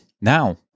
Now